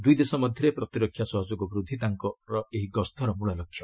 ଦୁଇଦେଶ ମଧ୍ୟରେ ପ୍ରତିରକ୍ଷା ସହଯୋଗ ବୃଦ୍ଧି ତାଙ୍କର ଏହି ଗସ୍ତର ମୂଳ ଲକ୍ଷ୍ୟ